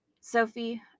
Sophie